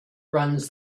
runs